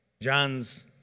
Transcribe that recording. John's